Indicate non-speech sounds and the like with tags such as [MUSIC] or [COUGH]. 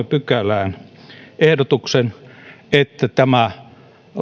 [UNINTELLIGIBLE] pykälään ehdotuksen että tämä